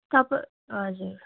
तपाईँ हजुर